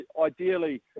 ideally